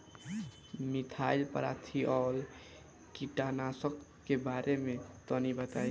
Methyl parathion कीटनाशक के बारे में तनि बताई?